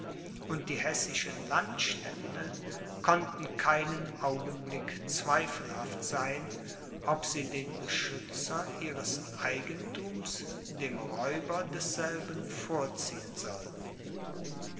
und die hessischen landstände konnten keinen augenblick zweifelhaft sein ob sie den beschützer ihres eigenthums dem räuber desselben vorziehen sollten